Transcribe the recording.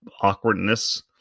awkwardness